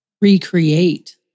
recreate